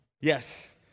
yes